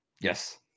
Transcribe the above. Yes